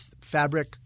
fabric